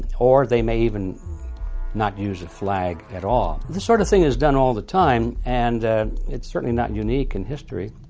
or they may even not use a flag at all. this sort of thing is done all the time and it's certainly not unique in history.